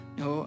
no